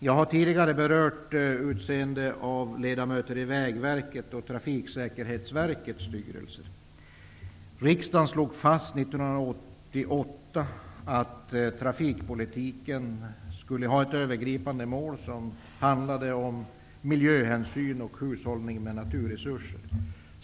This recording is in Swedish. Jag har tidigare berört tillsättandet av ledamöter i Riksdagen slog 1988 fast att trafikpolitiken skulle ha ett övergripande mål som handlade om miljöhänsyn och hushållning med naturresurser.